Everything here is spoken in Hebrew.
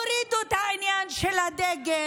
הורידו את העניין של הדגל,